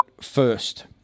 first